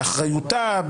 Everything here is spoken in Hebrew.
באחריותה,